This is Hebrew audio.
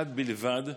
אחד בלבד,